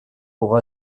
pour